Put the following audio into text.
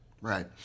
Right